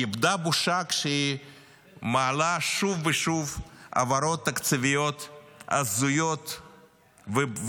היא איבדה בושה כשהיא מעלה שוב ושוב העברות תקציביות הזויות ובאמת,